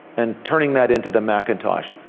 and turning that into the macintosh,